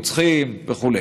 רוצחים וכו'.